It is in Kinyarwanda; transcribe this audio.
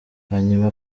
hanyuma